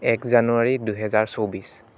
এক জানুৱাৰী দুহেজাৰ চৌব্বিছ